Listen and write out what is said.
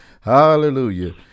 Hallelujah